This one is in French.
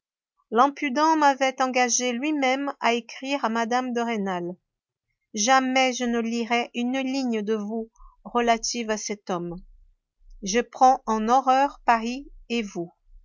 l'impudent m'avait engagé lui-même à écrire à mme de rênal jamais je ne lirai une ligne de vous relative à cet homme je prends en horreur paris et vous